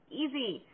easy